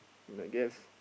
I guess